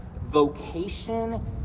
vocation